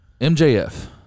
MJF